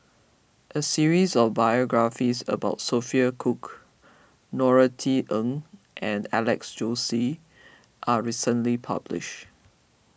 a series of biographies about Sophia Cooke Norothy Ng and Alex Josey are recently published